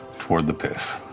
toward the piss,